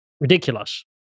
ridiculous